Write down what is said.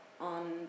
on